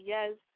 Yes